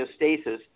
homeostasis